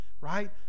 Right